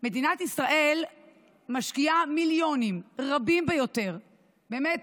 מדינת ישראל משקיעה מיליונים רבים ביותר, באמת